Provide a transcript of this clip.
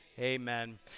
amen